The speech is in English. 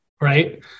right